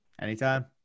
Anytime